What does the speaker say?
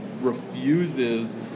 refuses